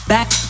Back